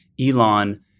Elon